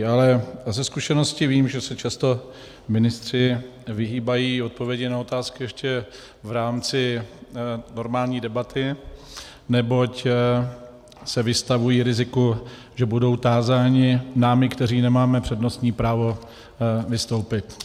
Ale ze zkušenosti vím, že se často ministři vyhýbají odpovědi na otázky ještě v rámci normální debaty, neboť se vystavují riziku, že budou tázáni námi, kteří nemáme přednostní právo vystoupit.